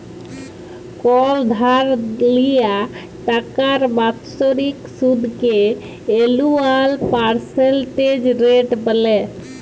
call ধার লিয়া টাকার বাৎসরিক সুদকে এলুয়াল পার্সেলটেজ রেট ব্যলে